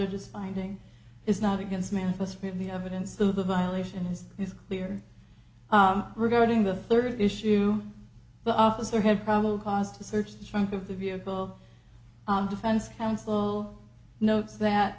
judge's finding is not against man that's been the evidence that the violation is is clear regarding the third issue the officer had probable cause to search the trunk of the vehicle and defense counsel notes that